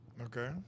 Okay